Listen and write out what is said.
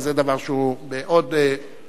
וזה דבר שהוא מאוד מאוד,